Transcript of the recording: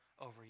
over